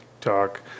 talk